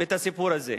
את הסיפור הזה.